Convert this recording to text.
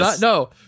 No